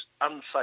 unsafe